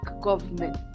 government